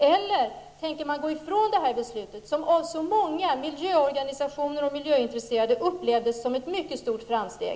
Eller tänker man gå ifrån detta beslut, som av så många miljöorganisationer och miljöintresserade upplevdes som ett mycket stort framsteg?